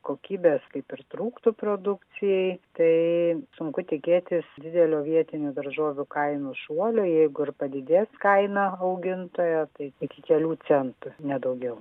kokybės kaip ir trūktų produkcijai tai sunku tikėtis didelio vietinių daržovių kainų šuolio jeigu ir padidės kaina augintojo tai iki kelių centų ne daugiau